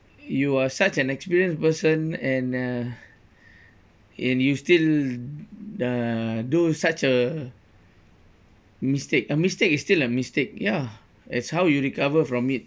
you are such an experienced person and uh and you still uh do such a mistake a mistake is still a mistake ya it's how you recover from it